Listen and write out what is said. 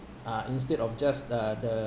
uh instead of just uh the